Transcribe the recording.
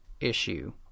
issue